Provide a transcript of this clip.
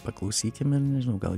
paklausykim ir nežinau gal